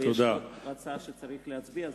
יש פה הצעה שצריך להצביע,